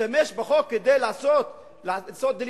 להשתמש בחוק כדי לעשות דה-לגיטימציה?